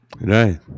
Right